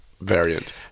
variant